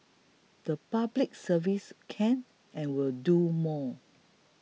the Public Service can and will do more